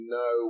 no